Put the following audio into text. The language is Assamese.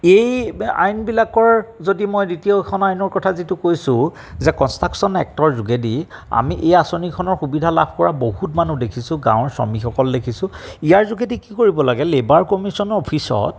এই আইনবিলাকৰ যদি মই দ্বিতীয়খন আইনৰ কথা যিটো কৈছোঁ যে কনষ্ট্ৰাকশ্যন এক্টৰ যোগেদি আমি এই আঁচনিখনৰ সুবিধা লাভ কৰা বহুত মানুহ দেখিছোঁ গাঁৱৰ শ্ৰমিকসকল দেখিছোঁ ইয়াৰ যোগেদি কি কৰিব লাগে লেবাৰ কমিশ্যনৰ অফিচত